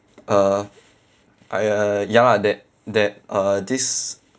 uh I uh ya lah that that uh this